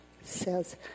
says